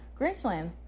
Grinchland